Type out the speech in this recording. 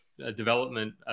development